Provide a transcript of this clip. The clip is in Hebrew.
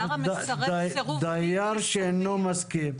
"דייר שאינו מסכים".